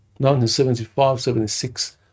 1975-76